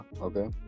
okay